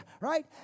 Right